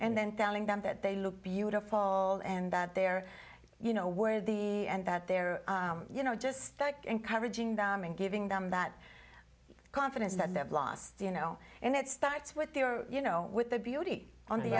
and then telling them that they look beautiful and that they're you know where the and that they're you know just encouraging them and giving them that confidence that they have lost you know and it starts with their you know with the beauty on the